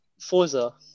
Forza